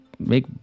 make